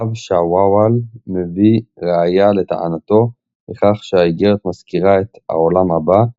הרב שעוועל מביא ראייה לטענתו בכך שהאיגרת מזכירה את העולם הבא,